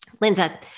Linda